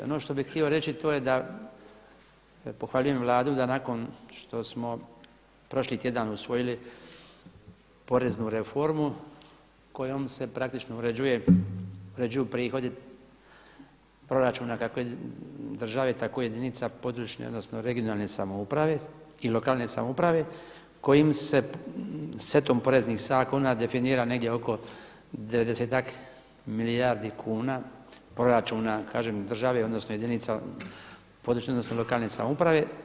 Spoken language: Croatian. Ono što bih htio reći to je da pohvaljujem Vladu da nakon što smo prošli tjedan usvojili poreznu reformu kojom se praktično uređuju prihodi proračuna kako države tako i jedinica područne odnosno regionalne samouprave, i lokalne samouprave, kojim se setom poreznih zakona definira negdje oko 90-tak milijardi kuna proračuna kažem države odnosno jedinica područne odnosno lokalne samouprave.